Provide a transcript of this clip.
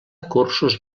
cursos